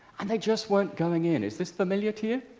and they just weren't going in. is this familiar to